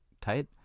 tight